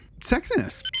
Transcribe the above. Sexiness